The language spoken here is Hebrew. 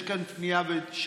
יש כאן פנייה של